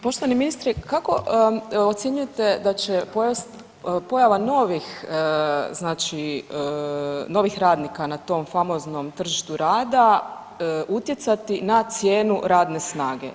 Poštovani ministre, kako ocjenjujete da će pojava novih znači novih radnika na tom famoznom tržištu rada utjecati na cijenu radne snage?